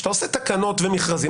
כשאתה עושה תקנות ומכרזים,